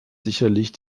sicherlich